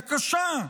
הקשה,